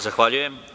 Zahvaljujem.